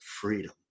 freedom